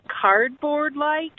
cardboard-like